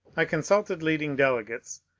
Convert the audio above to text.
i con sulted leading delegates,